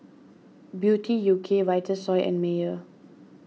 Beauty U K Vitasoy and Mayer